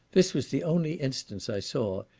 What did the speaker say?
this was the only instance i saw,